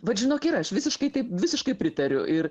vat žinok ir aš visiškai taip visiškai pritariu ir